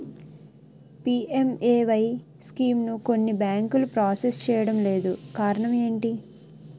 PMAY స్కీమును కొన్ని బ్యాంకులు ప్రాసెస్ చేయడం లేదు కారణం ఏమిటి?